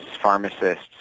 pharmacists